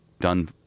done